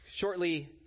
Shortly